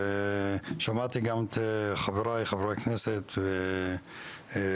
ושמעתי גם את חבריי חברי הכנסת קודם.